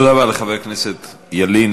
תודה רבה לחבר הכנסת ילין.